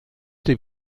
dem